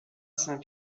saint